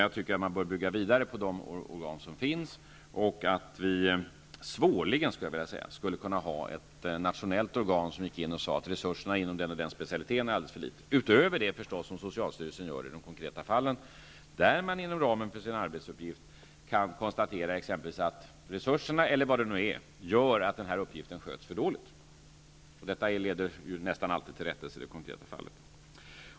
Jag tycker att man bör bygga vidare på de organ som finns och att vi svårligen, skulle jag vilja säga, skulle kunna ha ett nationellt organ som gick in och sade att resurserna inom den och den specialiteten är alldeles för små, utöver det som socialstyrelsen förstås gör i de konkreta fallen. Socialstyrelsen kan ju inom ramen för sin arbetsuppgift konstatera att otillräckliga resurser -- eller vad det nu är -- gör att en verksamhet sköts för dåligt. Detta leder nästan alltid till rättelse i det konkreta fallet.